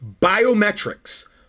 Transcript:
biometrics